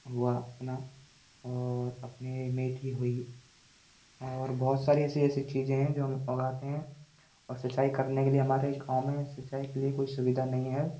हुआ अपना और अपनी मेथी हुई और बहुत सारे ऐसी ऐसी चीज़ें हैं जो हम उगाते हैं और सिंचाई करने के लिए हमारे गाँव में सिंचाई के लिए कोई सुविधा नहीं है